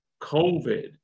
COVID